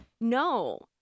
No